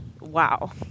Wow